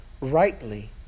rightly